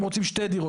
הם רוצים שתי דירות.